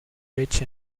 rich